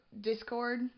Discord